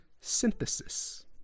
synthesis